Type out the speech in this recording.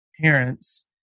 parents